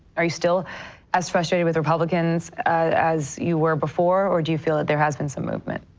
are you still as frustrated with republicans as you were before, or do you feel that there has been some movement?